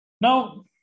Now